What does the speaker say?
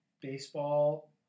baseball